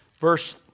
verse